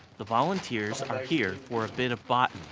the volunteers are here for a bit of botany.